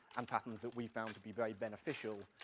and patterns that we found to be very beneficial,